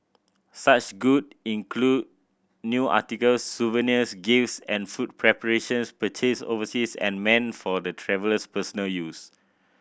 such good include new articles souvenirs gifts and food preparations purchased overseas and meant for the traveller's personal use